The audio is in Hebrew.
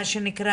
מה שנקרא,